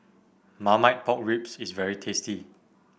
Marmite Pork Ribs is very tasty